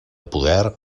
poder